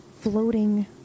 floating